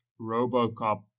Robocop